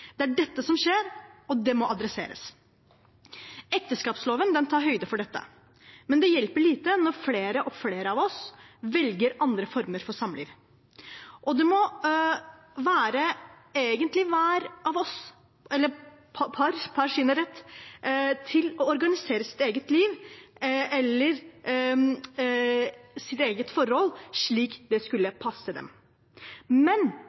Det er dette som skjer, og det må adresseres. Ekteskapsloven tar høyde for dette, men det hjelper lite når flere og flere av oss velger andre former for samliv. Å organisere eget liv eller forhold slik det måtte passe oss, må være en rett hvert enkelt par har. Men det å velge samboerskap burde ikke gi færre rettigheter eller